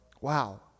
Wow